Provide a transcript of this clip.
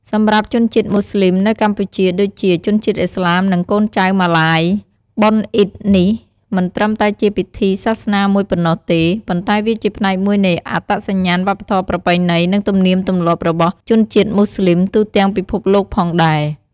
សម្រាប់ជនជាតិមូស្លីមនៅកម្ពុជា ដូចជា ជនជាតិឥស្លាម និងកូនចៅម៉ាឡាយ បុណ្យអ៊ីឌនេះមិនត្រឹមតែជាពិធីសាសនាមួយប៉ុណ្ណោះទេ ប៉ុន្តែវាជាផ្នែកមួយនៃអត្តសញ្ញាណ វប្បធម៌ ប្រពៃណី និងទំនៀមទម្លាប់របស់ជនជាតិមូស្លីមទូទាំងពិភពលោកផងដែរ។